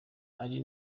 ari